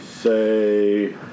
Say